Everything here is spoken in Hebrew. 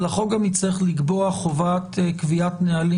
אבל החוק גם יצטרך לקבוע חובת קביעת נהלים